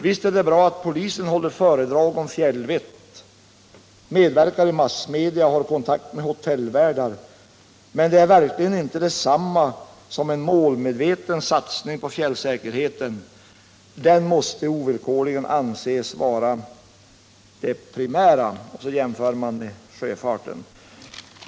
Visst är det bra att polisen håller föredrag om fjällvett, medverkar i massmedia och har kontakt med hotellvärdar, men det är verkligen inte detsamma som en målmedveten satsning på fjällsäkerheten. Den måste ovillkorligen anses vara det primära.” Och 85 så jämför man med sjöfarten.